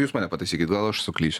jūs mane pataisykit gal aš suklysiu